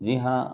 جی ہاں